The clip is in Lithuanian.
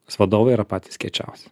nes vadovai yra patys kiečiausi